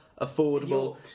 affordable